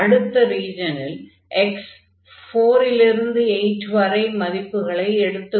அடுத்த ரீஜனில் x 4 லிருந்து 8 வரை மதிப்புகளை எடுத்துக் கொள்ளும்